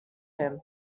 him